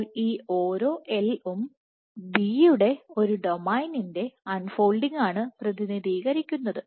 അപ്പോൾ ഈ ഓരോ L ഉം B യുടെ ഒരു ഡൊമൈനിൻറെ അൺ ഫോൾഡിങ് ആണ് പ്രതിനിധീകരിക്കുന്നത്